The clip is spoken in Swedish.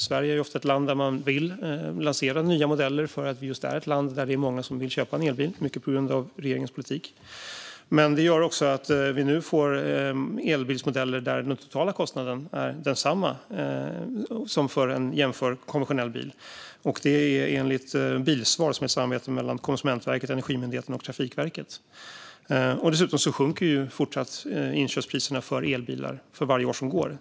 Sverige är ett land där man ofta vill lansera nya modeller, eftersom vi just är ett land där många vill köpa en elbil. Mycket beror på regeringens politik. Det här gör dock att vi nu får elbilsmodeller där den totala kostnaden är densamma som för en jämförbar konventionell bil, enligt Bilsvar, som är ett samarbete mellan Konsumentverket, Energimyndigheten och Trafikverket. För varje år som går sjunker dessutom inköpspriserna för elbilar även fortsättningsvis.